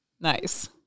nice